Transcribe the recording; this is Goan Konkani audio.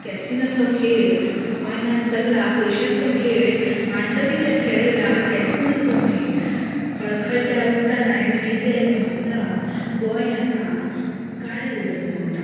कॅसिनाचो खेळ गोंयांत आज चल्ला पयशांचो खेळ मांडवीचेर खेळयला कॅसिनोचो मेळ खळखळत्या उदकांत आयज डिझॅल व्हांवता गोंय आतां काळें उदक न्हांवता